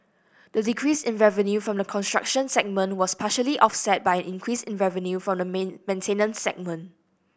the decrease in revenue from the construction segment was partially offset by an increase in revenue from the maintenance segment